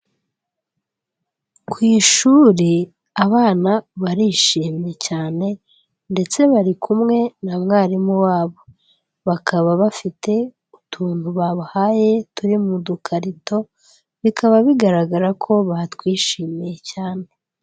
Ku ishuri abana barishimye cyane ndetse bari kumwe na mwarimu wabo, bakaba bafite utuntu babahaye turi mu dukarito, bikaba bigaragara ko batwishimiye cyane.